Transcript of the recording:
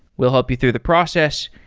we'll help you through the process,